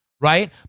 Right